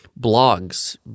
blogs